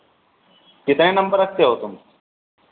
कितने ही नंबर रखते हो तुम